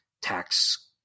tax